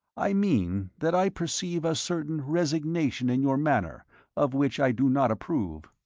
i mean that i perceive a certain resignation in your manner of which i do not approve.